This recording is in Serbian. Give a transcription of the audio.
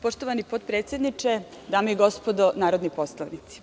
Poštovani potpredsedniče, dame i gospodo narodni poslanici,